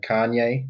Kanye